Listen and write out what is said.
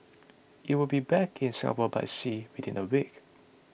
it will be back in Singapore by sea within a week